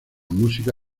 música